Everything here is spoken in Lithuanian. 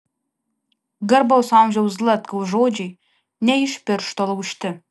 garbaus amžiaus zlatkaus žodžiai ne iš piršto laužti